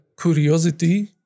curiosity